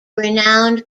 renowned